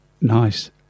Nice